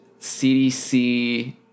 CDC